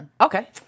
okay